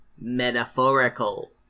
metaphorical